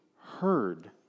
Heard